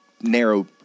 narrow